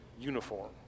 uniform